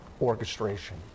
orchestration